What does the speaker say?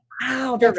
Wow